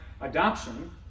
adoption